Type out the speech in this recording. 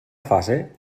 fase